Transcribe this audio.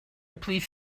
please